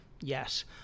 Yes